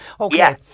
Okay